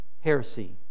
heresy